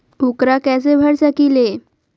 ऊकरा कैसे भर सकीले?